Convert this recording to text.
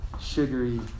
Sugary